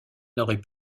n’aurait